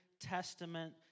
testament